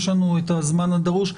יש לנו את הזמן הדרוש.